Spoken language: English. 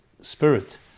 spirit